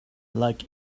like